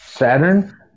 Saturn